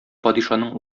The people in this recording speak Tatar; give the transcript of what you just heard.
падишаның